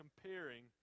comparing